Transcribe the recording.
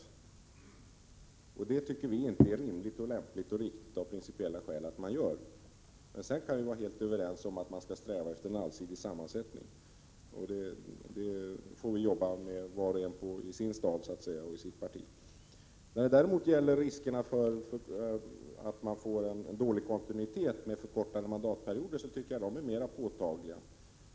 Vi moderater anser att det av principiella skäl inte är rimligt, lämpligt och riktigt att lagfästa en sådan föreskrift. Sedan kan vi vara helt överens om att man skall sträva efter en allsidig samsättning av nämndemannakåren. Det får vi jobba med var och en i sin stad så att säga och i sitt parti. Risken för att en förkortad mandatperiod leder till dålig kontinuitet tycker jag är mer påtaglig.